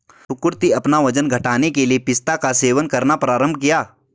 सुकृति अपना वजन घटाने के लिए पिस्ता का सेवन करना प्रारंभ किया